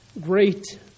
great